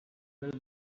will